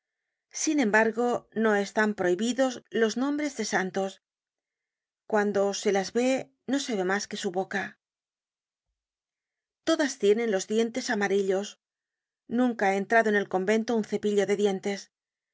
sin embargo no están prohibidos los nombres de santos cuando se las ve no se ve mas que su boca todas tienen los dientes amarillos nunca ha entrado en el convento un cepillo de dientes